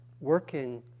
working